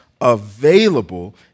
available